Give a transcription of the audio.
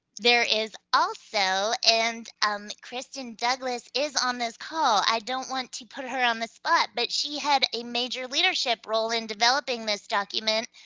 there is also, and um krysten douglas is on this call, i don't want to put her on the spot but she had a major leadership role in developing this document,